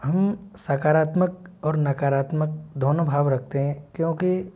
हम सकारात्मक और नकारात्मक दोनों भाव रखते क्योंकि